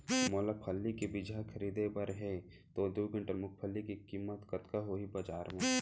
मोला फल्ली के बीजहा खरीदे बर हे दो कुंटल मूंगफली के किम्मत कतका होही बजार म?